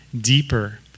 deeper